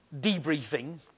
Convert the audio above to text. debriefing